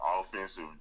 offensive